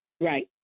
right